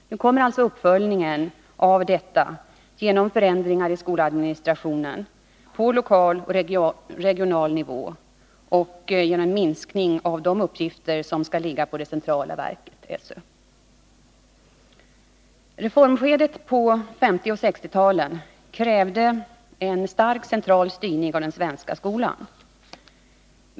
Nu kommer uppföljningen av detta genom förändringar i skoladministrationen på lokal och regional nivå och en minskning av de uppgifter som skall ligga på det centrala verket, sö. Reformskedet på 1950 och på 1960-talen krävde en stark central styrning av den svenska skolan.